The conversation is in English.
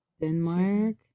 denmark